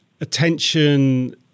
attention